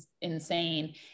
insane